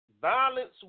violence